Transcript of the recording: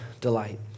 delight